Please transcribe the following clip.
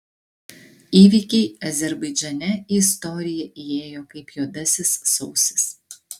įvykiai azerbaidžane į istoriją įėjo kaip juodasis sausis